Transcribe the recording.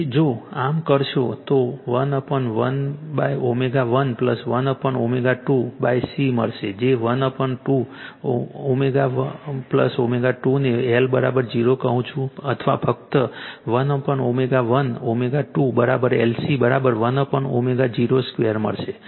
તેથી જો આમ કરશો તો 11ω 1 1ω2 c મળશે જે ω1 ω2 ને L 0 કહું છું અથવા ફક્ત 1ω1 ω2 LC 1ω02 મળશે